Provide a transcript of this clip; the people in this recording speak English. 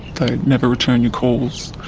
they never return your calls.